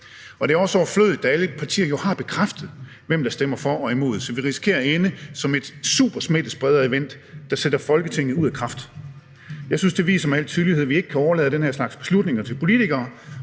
og det er også overflødigt, da alle partier jo har bekræftet, hvem der stemmer for og imod. Så det risikerer at ende som et supersmittesprederevent, der sætter Folketinget ud af kraft. Jeg synes, det viser med al tydelighed, at vi ikke kan overlade den her slags beslutninger til politikere,